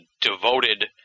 devoted